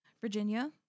Virginia